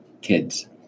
kids